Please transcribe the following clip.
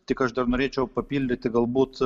tik aš dar norėčiau papildyti galbūt